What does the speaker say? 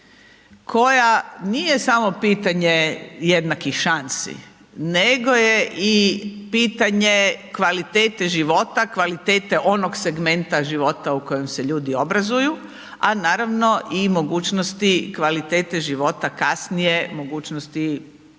koja nije samo pitanje jednakih šansi, nego je i pitanje kvalitete života, kvalitete onog segmenta života u kojem se ljudi obrazuju, a naravno i mogućnosti kvalitete života kasnije, mogućnosti zapošljavanja